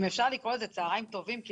אם אפשר לקרוא לזה צוהריים טובים כי